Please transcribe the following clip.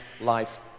life